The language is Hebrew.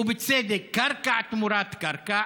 ובצדק, קרקע תמורת קרקע